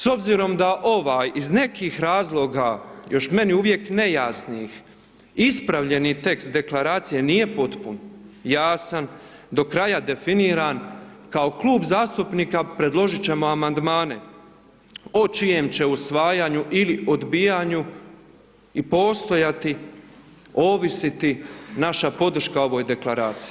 S obzirom da ovaj iz nekih razloga, još meni uvijek nejasnih, ispravljeni tekst deklaracije nije potpun, jasan, do kraja definiran kao klub zastupnika predložit ćemo amandmane o čijem će usvajanju ili odbijanju i postojati, ovisiti naša podrška ovoj deklaraciji.